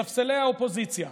ספסלי סיעות האופוזיציה,